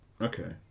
Okay